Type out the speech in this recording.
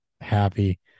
happy